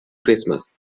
christmas